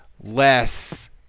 less